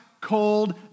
cold